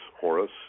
Horus